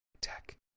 Tech